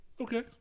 Okay